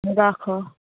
राखऽ